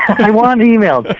i want emails.